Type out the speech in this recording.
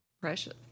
precious